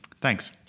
thanks